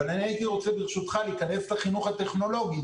אבל אני הייתי רוצה ברשותך להיכנס לחינוך הטכנולוגי.